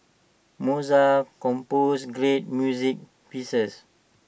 Mozart composed great music pieces